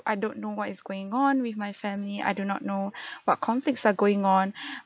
I don't know what is going on with my family I do not know what conflicts are going on